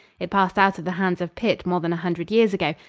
it passed out of the hands of pitt more than a hundred years ago,